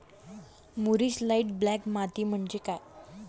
मूरिश light black माती म्हणजे काय?